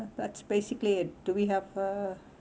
uh that's basically it do we have uh